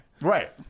right